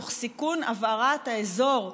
תוך סיכון הבערת האזור באלימות,